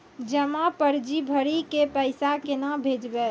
जमा पर्ची भरी के पैसा केना भेजबे?